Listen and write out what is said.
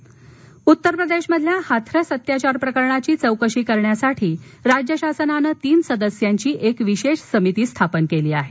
हाथरस उत्तरप्रदेशमधील हाथरस अत्याचार प्रकरणाची चौकशी करण्यासाठी राज्यशासनानं तीन सदस्यांची एक विशेष चौकशी समिती स्थापन केली आहे